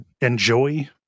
enjoy